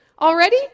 already